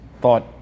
thought